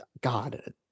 God